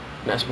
mm